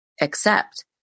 accept